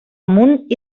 amunt